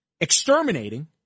exterminating